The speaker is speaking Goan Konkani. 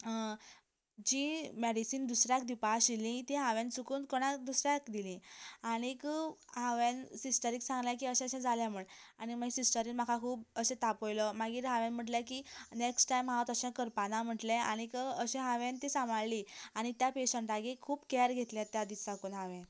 जी मेडिसिन दुसऱ्याक दिवपाक आशिल्ली ती हांवें चुकून कोणाक दुसऱ्याक दिलीं आनी हांवें सिस्टरीक सांगले की अशें अशें जालें म्हूण आनी मागीर सिस्टरीन म्हाका खूब अशें तापयलें मागीर हांवें म्हणलें की नेक्सट टायम हांव तशें करपा ना म्हणलें आनी अशें हांवें ती सांबाळ्ळी आनी त्या पेशंटाचें खूब कॅर घेतलें त्या दिसा सावन हांवें